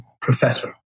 Professor